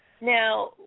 Now